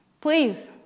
please